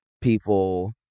people